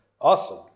Awesome